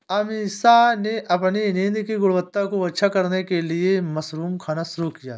अमीषा ने अपनी नींद की गुणवत्ता को अच्छा करने के लिए मशरूम खाना शुरू किया